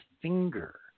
finger